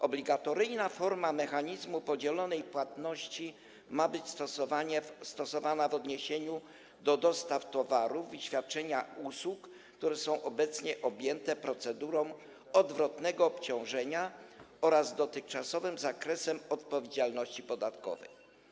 Obligatoryjna forma mechanizmu podzielonej płatności ma być stosowana w odniesieniu do dostaw towarów i świadczenia usług, które są obecnie objęte procedurą odwrotnego obciążenia oraz dotychczasowym zakresem odpowiedzialności podatkowej.